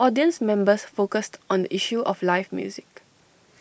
audience members focused on the issue of live music